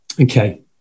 Okay